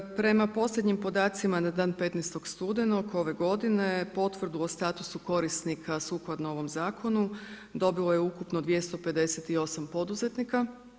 Prema posljednjim podacima na dan 15. studenog ove godine potvrdu o statusu korisnika sukladno ovom zakonu dobilo je ukupno 258. poduzetnika.